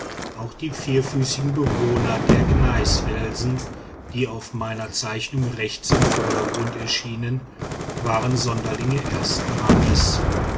auch die vierfüßigen bewohner der gneisfelsen die auf meiner zeichnung rechts im vordergrund erschienen waren sonderlinge ersten rangs